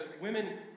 women